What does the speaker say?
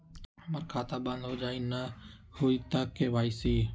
हमर खाता बंद होजाई न हुई त के.वाई.सी?